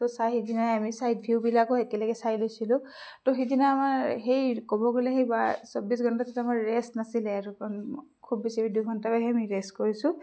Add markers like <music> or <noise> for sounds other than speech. তহ চাই সেইদিনাই আমি ছাইট ভিউবিলাকো একেলগে চাই লৈছিলোঁ তহ সেইদিনা আমাৰ সেই ক'ব গ'লে সেইবাৰ চৌবিছ ঘণ্টা তেতিয়া আমাৰ ৰেষ্ট নাছিলে <unintelligible> খুব বেছি দুঘণ্টামানহে আমি ৰেষ্ট কৰিছোঁ